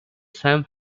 sam